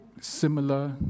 similar